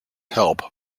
help